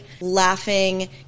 laughing